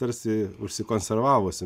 tarsi užsikonservavusi